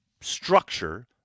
structure